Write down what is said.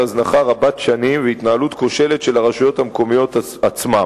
הזנחה רבת שנים והתנהלות כושלת של הרשויות המקומיות עצמן.